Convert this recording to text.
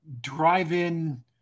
drive-in